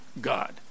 God